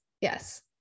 yes